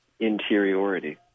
interiority